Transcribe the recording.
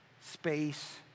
space